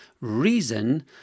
reason